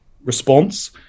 response